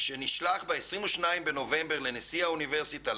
שנשלח ב-22 בנובמבר לנשיא האוניברסיטה,